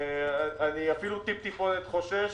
אני אפילו טיפ טיפה חושש